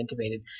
intubated